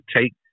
Take